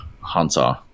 Hunter